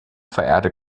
verehrte